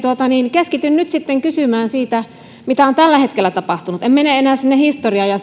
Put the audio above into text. keskityn nyt sitten kysymään siitä mitä on tällä hetkellä tapahtunut en mene enää sinne historiaan ja